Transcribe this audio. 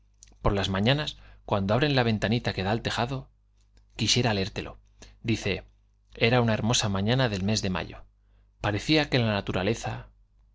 por las mañanas cuando abren la ventanita que da al tejado quisiera leértelo dice era una hermosa mañana del mes de mayo parecia que la naturaleza